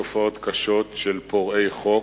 היו שתי תופעות קשות של פורעי חוק,